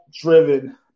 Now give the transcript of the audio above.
driven